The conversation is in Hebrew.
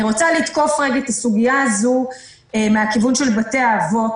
אני רוצה לתקוף רגע את הסוגיה הזו מהכיוון של בתי האבות,